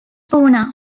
puna